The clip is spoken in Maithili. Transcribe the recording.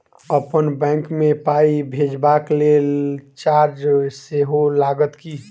अप्पन बैंक मे पाई भेजबाक लेल चार्ज सेहो लागत की?